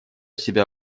себя